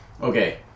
okay